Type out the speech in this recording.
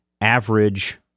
average